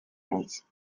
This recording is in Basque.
naiz